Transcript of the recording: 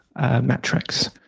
metrics